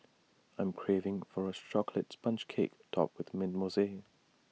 I'm craving for A Chocolate Sponge Cake Topped with Mint Mousse